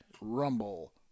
Rumble